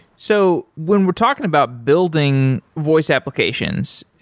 so when we're talking about building voice applications,